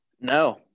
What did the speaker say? No